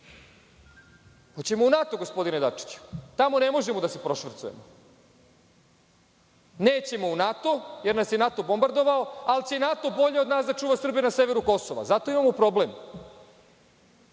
li u NATO, gospodine Dačiću? Tamo ne možemo da se prošvercujemo. Nećemo u NATO jer nas je NATO bombardovao, ali će NATO bolje od nas da čuva Srbe na severu Kosova. Zato imamo problem.